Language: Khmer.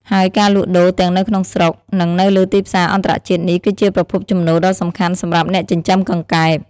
ហើយការលក់ដូរទាំងនៅក្នុងស្រុក និងនៅលើទីផ្សារអន្តរជាតិនេះ គឺជាប្រភពចំណូលដ៏សំខាន់សម្រាប់អ្នកចិញ្ចឹមកង្កែប។